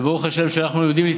ואילו חלילה היינו במקום אחר,